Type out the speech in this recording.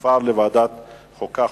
ותועבר לוועדת החוקה,